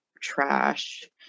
trash